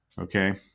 Okay